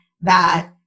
that-